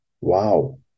Wow